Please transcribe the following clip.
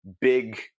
big